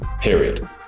period